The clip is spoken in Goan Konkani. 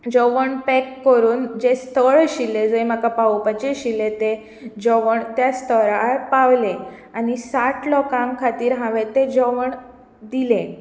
जेवण पॅक करून स्थळ जे आशिल्लें जंय म्हाका पावोवपाचें आशिल्लें तें जेवण त्या स्थळार पावलें आनी साठ लोकांक खातीर हांवेन तें जेवण दिलें